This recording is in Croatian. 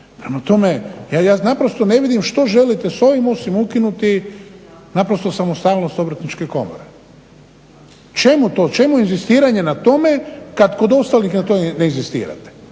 Prema tome, ja naprosto ne vidim što želite sa ovim osim ukinuti naprosto samostalnost Obrtničke komore. Čemu to, čemu inzistiranje na tome kad kod ostalih na to ne inzistirate